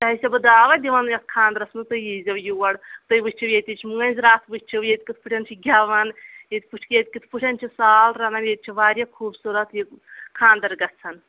تۄہہِ حظ چھ بہٕ دعوت دِوان یَتھ خاندرَس منٛز تُہۍ یی زَیو یور تُہۍ وٕچھِو ییٚتِچ مٲنٛزرات وٕچھِو ییٚتہِ کتھ پٲٹھۍ چھِ گٮ۪وان ییٚتہِ کِتھ پٲٹھۍ چھِ سال رَنان ییٚتہِ چھِ واریاہ خوٗبصوٗرت یہِ خاندَر گژھان